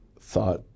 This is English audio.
thought